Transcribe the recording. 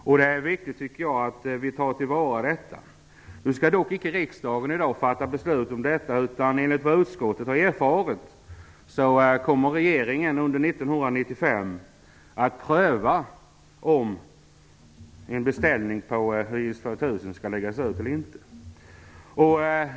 Jag tycker att det viktigt att vi tar till vara detta. Riksdagen skall dock inte i dag fatta beslut om detta. Enligt vad utskottet har erfarit kommer regeringen under 1995 att pröva om en beställning av YS 2000 skall läggas ut eller inte.